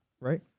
right